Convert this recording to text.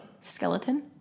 skeleton